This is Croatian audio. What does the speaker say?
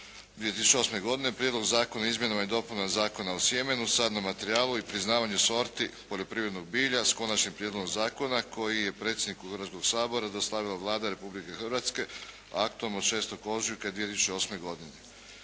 2008. godine Prijedlog zakona o izmjenama i dopunama Zakona o sjemenu, sadnom materijalu i priznavanju sorti poljoprivrednog bilja, s Konačnim prijedlogom zakona koji je predsjedniku Hrvatskoga sabora dostavila Vlada Republike Hrvatske, aktom od 6. ožujka 2008. godine.